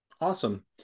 Awesome